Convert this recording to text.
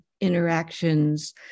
interactions